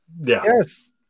Yes